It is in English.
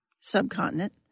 subcontinent